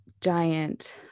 giant